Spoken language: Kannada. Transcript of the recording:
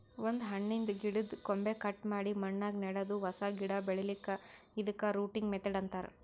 ಒಂದ್ ಹಣ್ಣಿನ್ದ್ ಗಿಡದ್ದ್ ಕೊಂಬೆ ಕಟ್ ಮಾಡಿ ಮಣ್ಣಾಗ ನೆಡದು ಹೊಸ ಗಿಡ ಬೆಳಿಲಿಕ್ಕ್ ಇದಕ್ಕ್ ರೂಟಿಂಗ್ ಮೆಥಡ್ ಅಂತಾರ್